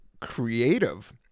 creative